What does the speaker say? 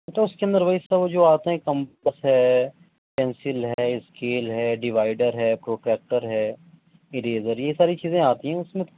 بیٹا اُس کے اندر وہی سب جو آتے ہیں کمپس ہے پینسل ہے اسکیل ہے ڈیوائڈر ہے پروٹریکٹر ہے ایریزر یہ ساری چیزیں آتی ہیں اُس میں تو